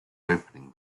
opening